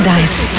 Dice